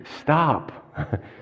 stop